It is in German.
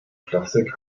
plastik